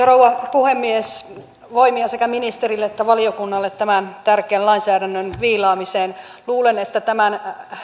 rouva puhemies voimia sekä ministerille että valiokunnalle tämän tärkeän lainsäädännön viilaamiseen luulen että tämän